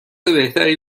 بهتری